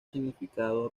significado